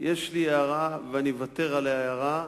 יש לי הערה ואני אוותר על ההערה.